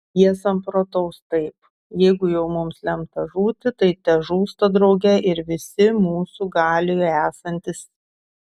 jie samprotaus taip jeigu jau mums lemta žūti tai težūsta drauge ir visi mūsų galioje esantys